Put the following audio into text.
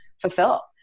fulfill